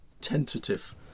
tentative